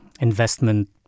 investment